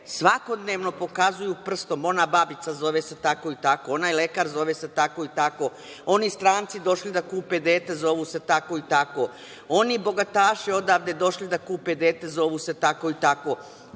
svoje bebe pokazuju prstom, ona babica, zove se tako i tako, onaj lekar, zove se tako i tako, oni stranci, došli da kupe dete, zovu se tako i tako, oni bogataši došli da kupe dete, zovu se tako i tako.